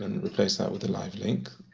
and replace that with a live link.